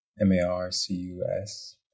M-A-R-C-U-S